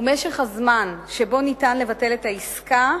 ומשך הזמן שבו ניתן לבטל את העסקה